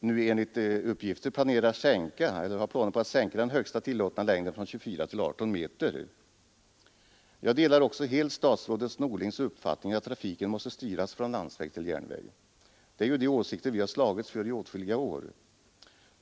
nu enligt uppgifter planerar sänka den högsta tillåtna längden från 24 till 18 meter. Jag delar också helt statsrådet Norlings uppfattning att trafiken måste styras från landsväg till järnväg. Det är ju de åsikter vi har slagits för i åtskilliga år.